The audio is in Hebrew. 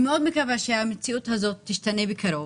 שהמציאות הזאת תשתנה בקרוב.